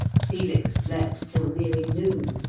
felix slept till nearly noon,